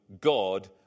God